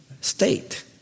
state